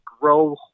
grow